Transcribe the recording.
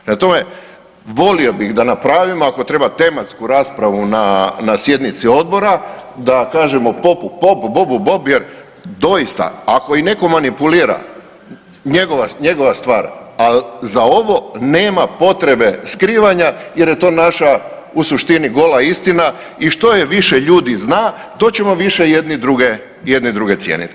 Prema tome volio bih da napravimo ako treba tematsku raspravu na sjednici odbora da kažemo popu pop, bobu bob jer doista ako i netko manipulira njegova stvar, al za ovo nema potrebe skrivanja jer je to naša u suštini gola istina i što je više ljudi zna to ćemo više jedni druge, jedni druge cijeniti.